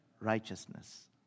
Righteousness